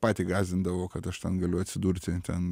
patį gąsdindavo kad aš ten galiu atsidurti ten